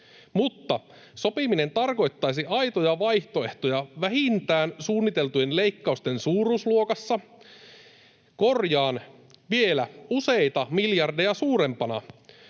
mutta sopiminen tarkoittaisi aitoja vaihtoehtoja vähintään suunniteltujen leikkausten suuruusluokassa. Korjaan vielä: useita miljardeja suurempana.